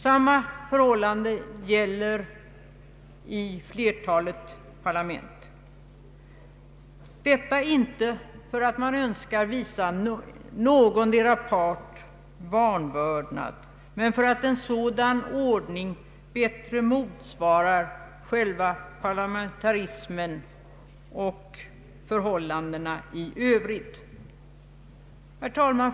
Samma förhållande gäller i flertalet parlament — inte för att man önskar visa någondera parten vanvördnad utan för att en sådan ordning bättre motsvarar själva parlamentarismen och dagens förhållanden i övrigt. Herr talman!